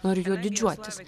noriu juo didžiuotis